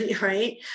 right